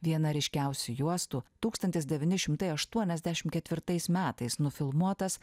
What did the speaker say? viena ryškiausių juostų tūkstantis devyni šimtai aštuoniasdešimt ketvirtais metais nufilmuotas